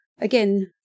again